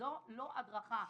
זה לא הדרכה.